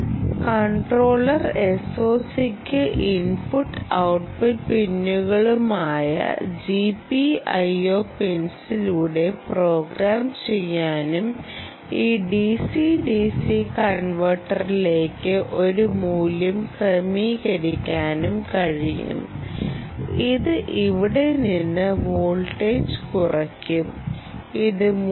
microcontroller SOCക്ക് input output പിൻസുകളായ GPIO പിൻസിലൂടെ പ്രോഗ്രാം ചെയ്യാനും ഈ DCDC കൺവെർട്ടറിലേക്ക് ഒരു മൂല്യം ക്രമീകരിക്കാനും കഴിയും ഇത് ഇവിടെ നിന്ന് വോൾട്ടേജ് കുറയ്ക്കും ഇത് 3